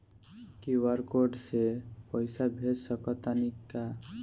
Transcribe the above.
QR code से पईसा भेज सक तानी का?